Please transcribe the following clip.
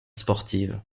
sportive